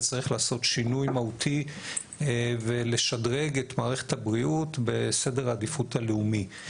וצריך לעשות שינוי מהותי ולשדרג את מערכת הבריאות בסדר העדיפות הלאומי.